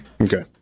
Okay